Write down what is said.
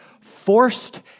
forced